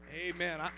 Amen